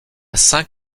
saint